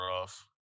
rough